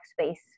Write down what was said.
space